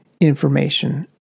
information